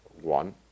one